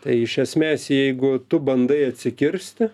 tai iš esmės jeigu tu bandai atsikirsti